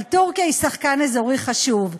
אבל טורקיה היא שחקן אזורי חשוב,